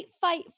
fight